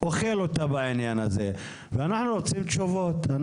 אוכל אותה בעניין הזה ואנחנו רוצים תשובות.